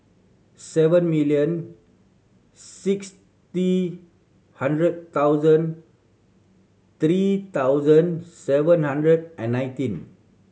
seven million sixty hundred thousand three thousand seven hundred and nineteen